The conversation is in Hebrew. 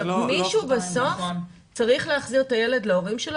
מישהו בסוף צריך להחזיר את הילד להורים שלו